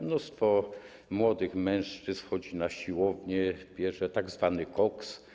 Mnóstwo młodych mężczyzn chodzi na siłownię, bierze tzw. koks.